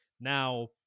now